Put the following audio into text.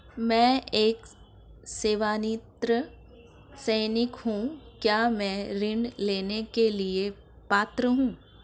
मैं एक सेवानिवृत्त सैनिक हूँ क्या मैं ऋण लेने के लिए पात्र हूँ?